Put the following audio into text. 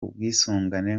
ubwisungane